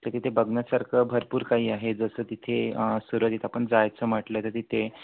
तर तिथे बघण्यासारखं भरपूर काही आहे जसं तिथे सुरुवातीस आपण जायचं म्हटलं तर तिथे